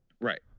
Right